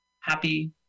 Happy